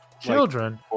children